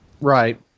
right